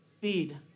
feed